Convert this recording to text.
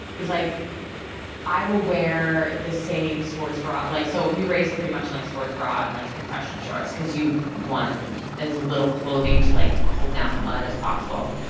like i will wear the same sports bra. like so, we race, pretty much, in a like sports bra and like compression shorts because you want as little clothing, to like hold down the mud, as possible.